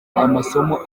amasomo